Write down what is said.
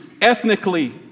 Ethnically